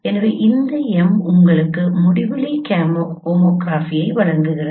எனவே இந்த M உங்களுக்கு முடிவிலி ஹோமோகிராஃபியையும் வழங்குகிறது